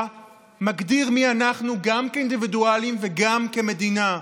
מגדיר מי אנחנו גם כאינדיבידואליים וגם כמדינה.